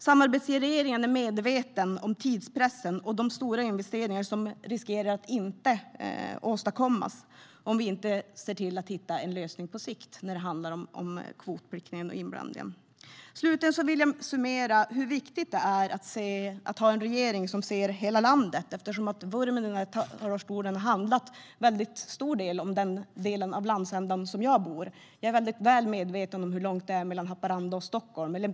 Samarbetsregeringen är medveten om tidspressen och de stora investeringar som riskerar att inte åstadkommas om vi inte ser till att hitta en lösning på sikt när det handlar om kvotplikten och inblandningen. Slutligen vill jag summera hur viktigt det är att ha en regering som ser hela landet, eftersom vurmen i denna talarstol till stor del har handlat om den delen av landet som jag bor i. Jag är väl medveten om hur långt det är mellan Haparanda och Stockholm.